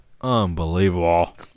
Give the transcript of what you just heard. Unbelievable